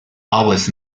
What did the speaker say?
always